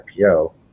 IPO